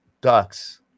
Ducks